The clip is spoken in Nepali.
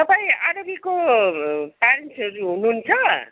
तपाईँ आरोहीको प्यारेन्ट्सहरू हुनुहुन्छ